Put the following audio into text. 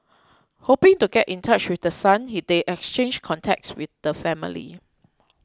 hoping to get in touch with the son he they exchanged contacts with the family